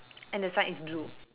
and the side is blue